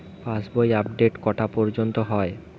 পাশ বই আপডেট কটা পর্যন্ত হয়?